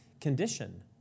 condition